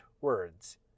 words